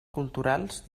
culturals